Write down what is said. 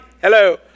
Hello